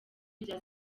irya